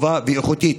טובה ואיכותית.